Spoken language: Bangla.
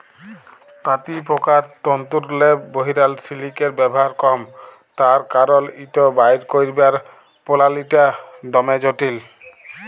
তাঁতিপকার তল্তুরলে বহিরাল সিলিকের ব্যাভার কম তার কারল ইট বাইর ক্যইরবার পলালিটা দমে জটিল